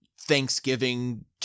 Thanksgiving